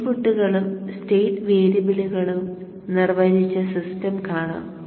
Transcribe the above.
ഇൻപുട്ടുകളും സ്റ്റേറ്റ് വേരിയബിളുകളും നിർവചിച്ച സിസ്റ്റം കാണാം